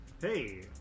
Hey